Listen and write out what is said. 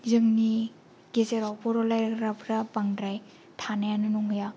जोंनि गेजेराव बर' रायज्लायग्राफोरा बांद्राय थानायानो नंलिया